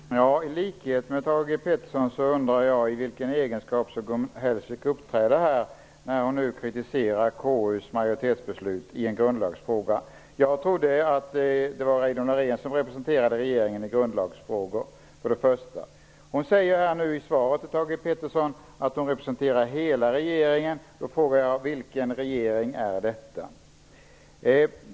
Herr talman! I likhet med Thage G Peterson undrar jag i vilken egenskap Gun Hellsvik uppträder här i kammaren, när hon nu kritiserar konstitutionsutskottets majoritetsbeslut i en grundlagsfråga. Jag trodde att det var Reidunn Gun Hellsvik säger i svaret till Thage G Peterson att hon representerar hela regeringen. Jag frågar då: Vilken regering är det?